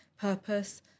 purpose